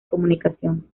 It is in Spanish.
comunicación